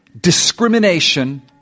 discrimination